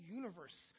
universe